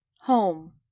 Home